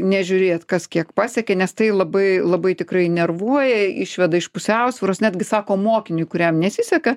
nežiūrėt kas kiek pasiekė nes tai labai labai tikrai nervuoja išveda iš pusiausvyros netgi sako mokiniui kuriam nesiseka